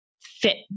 fit